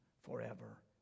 forever